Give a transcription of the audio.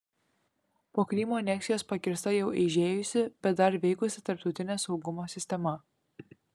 po krymo aneksijos pakirsta jau eižėjusi bet dar veikusi tarptautinė saugumo sistema